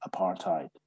apartheid